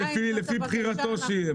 לפי בחירתו שיהיה.